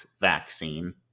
vaccine